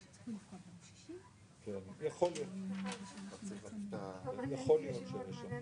20 בינואר 2022. אני ממלא את מקומו של היושב ראש הקבוע,